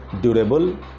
durable